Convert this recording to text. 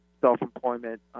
self-employment